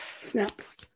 Snaps